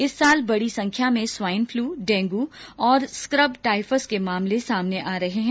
इस साल बडी संख्या में स्वाइन फ्लू डेंगू और स्कब टाइफस के मामले सामने आ रहे हैं